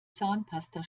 zahnpasta